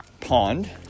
pond